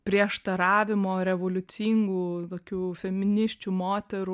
prieštaravimo revoliucingų tokių feminisčių moterų